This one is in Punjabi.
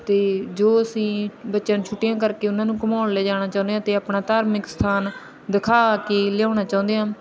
ਅਤੇ ਜੋ ਅਸੀਂ ਬੱਚਿਆਂ ਨੂੰ ਛੁੱਟੀਆਂ ਕਰਕੇ ਉਹਨਾਂ ਨੂੰ ਘੁੰਮਾਉਣ ਲਿਜਾਣਾ ਚਾਹੁੰਦੇ ਹਾਂ ਅਤੇ ਆਪਣਾ ਧਾਰਮਿਕ ਸਥਾਨ ਦਿਖਾ ਕੇ ਲਿਆਉਣਾ ਚਾਹੁੰਦੇ ਹਾਂ